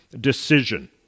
decision